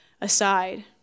aside